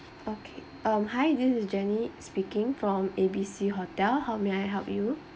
okay um hi this is jenny speaking from A B C hotel how may I help you